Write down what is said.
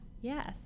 Yes